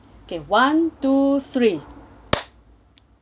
okay one two three